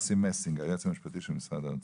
אסי מסינג, היועץ המשפטי של משרד האוצר.